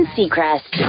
Seacrest